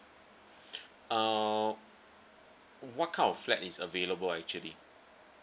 uh what kind of flat is available actually